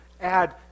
add